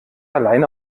alleine